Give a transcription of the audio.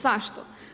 Zašto?